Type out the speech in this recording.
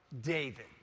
David